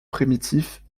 primitif